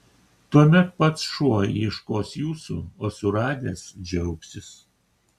tuomet pats šuo ieškos jūsų o suradęs džiaugsis